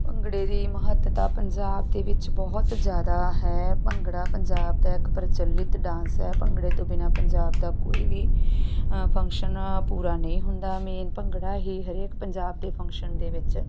ਭੰਗੜੇ ਦੀ ਮਹੱਤਤਾ ਪੰਜਾਬ ਦੇ ਵਿੱਚ ਬਹੁਤ ਜ਼ਿਆਦਾ ਹੈ ਭੰਗੜਾ ਪੰਜਾਬ ਦਾ ਇੱਕ ਪ੍ਰਚਲਿਤ ਡਾਂਸ ਹੈ ਭੰਗੜੇ ਤੋਂ ਬਿਨਾਂ ਪੰਜਾਬ ਦਾ ਕੋਈ ਵੀ ਫੰਕਸ਼ਨ ਪੂਰਾ ਨਹੀਂ ਹੁੰਦਾ ਮੇਨ ਭੰਗੜਾ ਹੀ ਹਰੇਕ ਪੰਜਾਬ ਦੇ ਫੰਕਸ਼ਨ ਦੇ ਵਿੱਚ